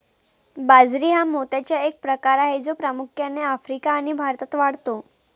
बाजरी हा मोत्याचा एक प्रकार आहे जो प्रामुख्याने आफ्रिका आणि भारतात वाढतो